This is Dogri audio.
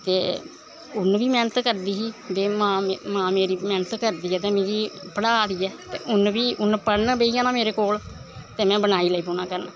ते उन्न बी मैह्नत करदी ही जे मां मेरी मैह्नत करदी ऐ ते मिगी पढ़ा दी ऐ ते उन्न बी उन्न पढ़न बेही जाना मेरे कोल ते में बुनाई लेई पौना करन